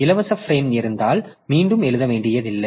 இலவச ஃபிரேம் இருந்தால் மீண்டும் எழுத வேண்டியதில்லை